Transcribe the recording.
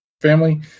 family